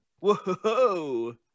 Whoa